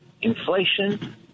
inflation